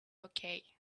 okay